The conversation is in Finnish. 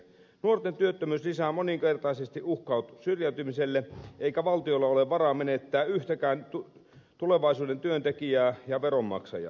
nuorten työttömyys lisää moninkertaisesti uhkaa syrjäytymiselle eikä valtiolla ole varaa menettää yhtäkään tulevaisuuden työntekijää ja veronmaksajaa